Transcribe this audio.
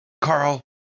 Carl